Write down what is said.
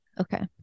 Okay